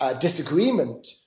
disagreement